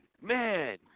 man